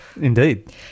Indeed